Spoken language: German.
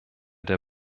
der